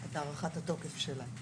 את הארכת התוקף שלהן